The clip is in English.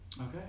Okay